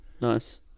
Nice